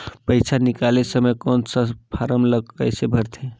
पइसा निकाले समय कौन सा फारम ला कइसे भरते?